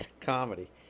Comedy